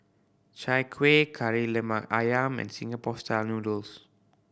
Chai Kueh Kari Lemak Ayam and Singapore Style Noodles